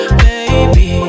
baby